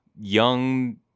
young